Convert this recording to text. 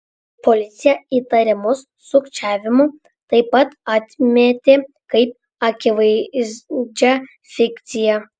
policija įtarimus sukčiavimu taip pat atmetė kaip akivaizdžią fikciją